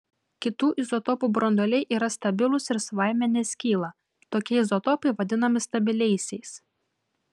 kitų izotopų branduoliai yra stabilūs ir savaime neskyla tokie izotopai vadinami stabiliaisiais